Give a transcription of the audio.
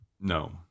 No